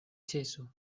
ĉeso